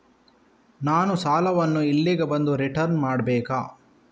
ನಾನು ಸಾಲವನ್ನು ಇಲ್ಲಿಗೆ ಬಂದು ರಿಟರ್ನ್ ಮಾಡ್ಬೇಕಾ?